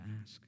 ask